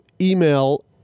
email